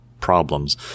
problems